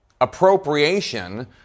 appropriation